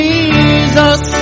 Jesus